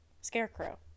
scarecrow